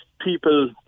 people